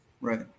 Right